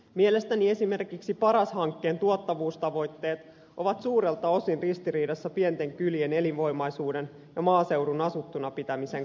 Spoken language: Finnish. mielestäni esimerkiksi paras hankkeen tuottavuustavoitteet ovat suurelta osin ristiriidassa pienten kylien elinvoimaisuuden ja maaseudun asuttuna pitämisen kanssa